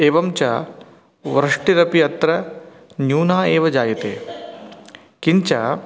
एवं च वृष्टिरपि अत्र न्यूना एव जायते किञ्च